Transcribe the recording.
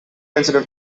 incident